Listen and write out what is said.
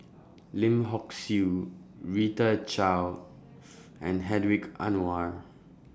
Lim Hock Siew Rita Chao and Hedwig Anuar